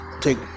take